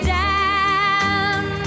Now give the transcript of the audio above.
down